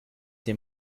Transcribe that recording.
der